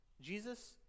Jesus